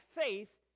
faith